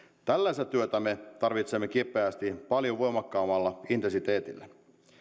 tällaista työtä me tarvitsemme kipeästi paljon voimakkaammalla intensiteetillä